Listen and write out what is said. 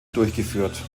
durchgeführt